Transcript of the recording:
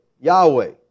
Yahweh